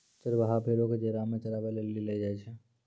चरबाहा भेड़ो क जेरा मे चराबै लेली लै जाय छै